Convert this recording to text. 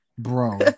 Bro